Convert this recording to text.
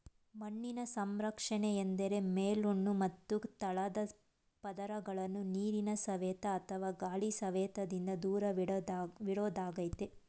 ಮಣ್ಣಿನ ಸಂರಕ್ಷಣೆ ಎಂದರೆ ಮೇಲ್ಮಣ್ಣು ಮತ್ತು ತಳದ ಪದರಗಳನ್ನು ನೀರಿನ ಸವೆತ ಅಥವಾ ಗಾಳಿ ಸವೆತದಿಂದ ದೂರವಿಡೋದಾಗಯ್ತೆ